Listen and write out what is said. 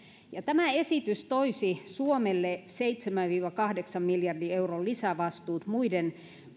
ja tämä esitys toisi suomelle seitsemän viiva kahdeksan miljardin euron lisävastuut muiden